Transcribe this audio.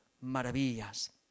maravillas